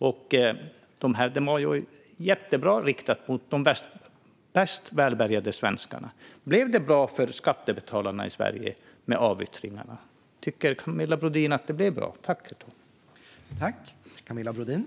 Det här var jättebra riktat till de mest välbärgade svenskarna. Men tycker Camilla Brodin att avyttringarna var något som blev bra för skattebetalarna i Sverige?